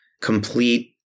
complete